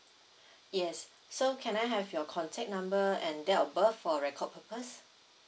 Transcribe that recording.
yes so can I have your contact number and date of birth for record purposes